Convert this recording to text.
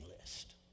list